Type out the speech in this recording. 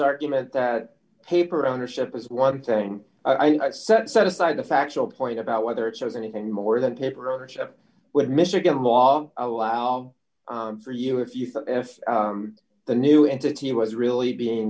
argument that paper ownership is one thing i'd set set aside the factual point about whether it's anything more than paper ownership would michigan law allow for you if you thought if the new entity was really being